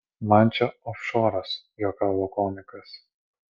man čia ofšoras juokavo komikas